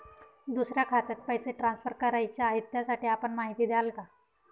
दुसऱ्या खात्यात पैसे ट्रान्सफर करायचे आहेत, त्यासाठी आपण माहिती द्याल का?